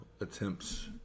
attempts